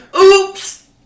Oops